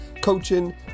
coaching